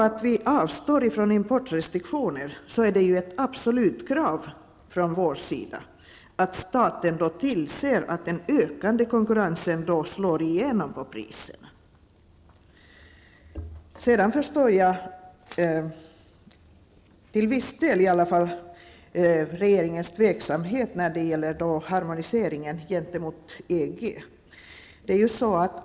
Avstår vi från importrestriktioner är det ett absolut krav från vår sida att staten tillser att den ökande konkurrensen slår igenom på priserna. Jag förstår, till viss del i alla fall, regeringens tveksamhet när det gäller harmoniseringen gentemot EG.